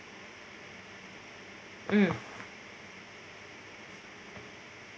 mm